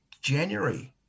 January